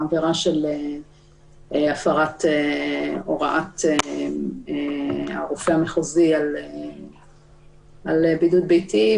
העברה של הפרת הוראת הרופא המחוזי על בידוד ביתי,